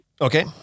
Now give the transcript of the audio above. Okay